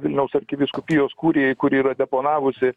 vilniaus arkivyskupijos kurijai kuri yra deponavusi